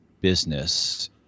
business